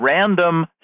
random